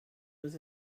was